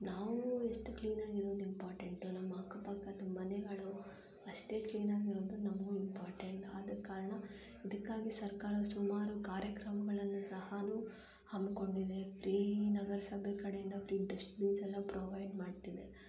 ನಾವು ಎಷ್ಟು ಕ್ಲೀನ್ ಆಗಿರೋದು ಇಂಪಾರ್ಟೆಂಟೋ ನಮ್ಮ ಅಕ್ಕಪಕ್ಕದ ಮನೆಗಳು ಅಷ್ಟೇ ಕ್ಲೀನ್ ಆಗಿರೋದು ನಮಗೂ ಇಂಪಾರ್ಟೆಂಟ್ ಆದ ಕಾರಣ ಇದಕ್ಕಾಗಿ ಸರ್ಕಾರ ಸುಮಾರು ಕಾರ್ಯಕ್ರಮಗಳನ್ನು ಸಹಾ ಹಮ್ಮಿಕೊಂಡಿದೆ ಫ್ರೀ ನಗರಸಭೆ ಕಡೆಯಿಂದ ಫ್ರೀ ಡಸ್ಟ್ ಬಿನ್ಸೆಲ್ಲ ಪ್ರೊವೈಡ್ ಮಾಡ್ತಿದೆದೆ